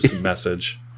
message